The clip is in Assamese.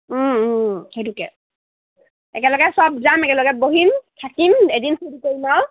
সেইটোকে একেলগে চব যাম একেলগে বহিম থাকিম এদিন সেইটো কৰিম আৰু